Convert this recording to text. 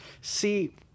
See